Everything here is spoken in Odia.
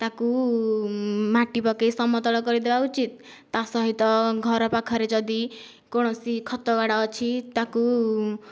ତାକୁ ମାଟି ପକାଇ ସମତଳ କରିଦେବା ଉଚିତ ତା ସହିତ ଘର ପାଖରେ ଯଦି କୌଣସି ଖତ ଗାଡ଼ ଅଛି ତାକୁ